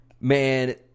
man